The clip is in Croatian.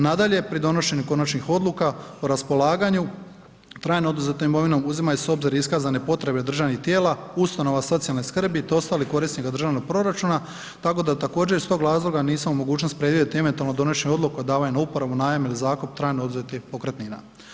Nadalje, pri donošenju konačnih odluka o raspolaganju, trajno oduzetom imovinom uzimaju se u obzir iskazane potrebe državnih tijela, ustanova socijalne skrbi te ostalih korisnika državnog proračuna, tako da također iz tog razloga nisam u mogućnosti predvidjeti eventualno donošenje odluka o davanju na uporabu, najam ili zakup trajno oduzetih pokretnina.